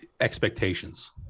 expectations